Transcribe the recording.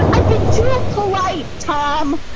i've been polite. tom,